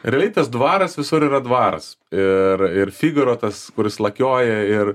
realiai tas dvaras visur yra dvaras ir ir figaro tas kuris lakioja ir